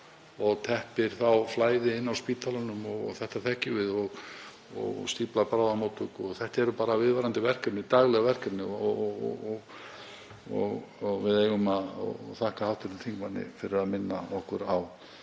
og teppir þá flæði inni á spítölunum, þetta þekkjum við, og stíflar bráðamóttöku. Þetta eru bara viðvarandi verkefni, dagleg verkefni og við eigum að þakka hv. þingmanni fyrir að minna okkur á